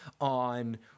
on